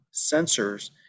sensors